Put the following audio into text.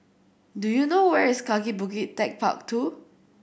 do you know where is Kaki Bukit Techpark Two